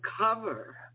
cover